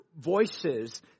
voices